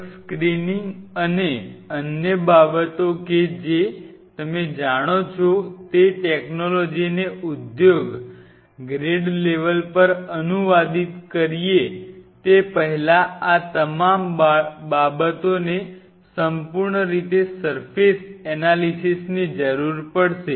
drug screening અને અન્ય બાબતો કે જે તમે જાણો છો તે ટેકનોલોજીને ઉદ્યોગ ગ્રેડ લેવલ પર અનુવાદિત કરીએ તે પહેલાં આ તમામ બાબતોને સંપૂર્ણ સર્ફેસ એનાલિસીસ ની જરૂર પડશે